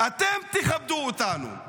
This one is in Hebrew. אתם תכבדו אותנו,